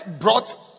brought